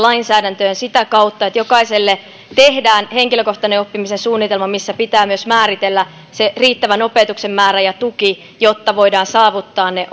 lainsäädäntöön sitä kautta että jokaiselle tehdään henkilökohtainen oppimisen suunnitelma missä pitää myös määritellä se riittävän opetuksen määrä ja tuki jotta voidaan saavuttaa ne